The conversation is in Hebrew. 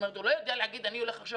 הוא לא יודע להגיד: אני הולך עכשיו